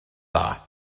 dda